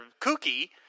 kooky